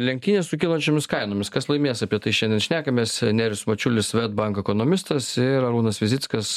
lenktynės su kylančiomis kainomis kas laimės apie tai šiandien šnekamės nerijus mačiulis svedbank ekonomistas ir arūnas vizickas